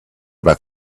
about